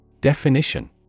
Definition